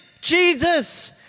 Jesus